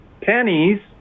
pennies